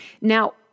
Now